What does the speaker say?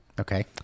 Okay